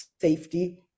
safety